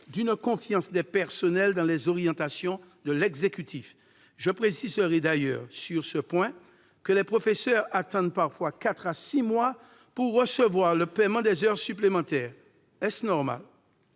d'une confiance des personnels dans les orientations de l'exécutif. Je préciserai d'ailleurs sur ce point que les professeurs attendent parfois quatre à six mois pour recevoir le paiement des heures supplémentaires. Est-ce normal ?